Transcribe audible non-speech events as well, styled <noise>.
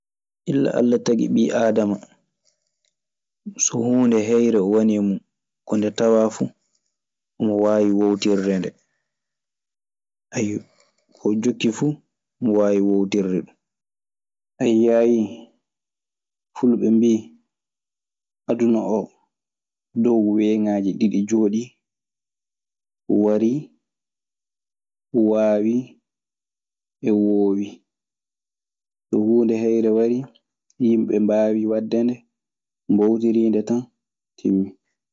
Illa Alla tagi ɓii aadama. So huunde heyre wo ni e mun. Ko nde tawaa fuu omo waawi woowtirde nde. <hesitation> ko jokki fuu omo waawi woowtirde ɗun. A yiyaayi fuɓe mbii, aduna oo dow weeŋaaji ɗiɗi jooɗii: warii, waawii, e woowii. So huunde heyre warii, yimɓe mbaawii waɗde nde, mboowtirii nde tan, timmii.